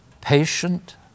patient